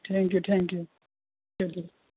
thank you thank you